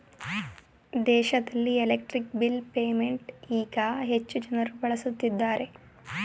ದೇಶದಲ್ಲಿ electric bill payment ಈಗ ಹೆಚ್ಚು ಜನರು ಬಳಸುತ್ತಿದ್ದಾರೆ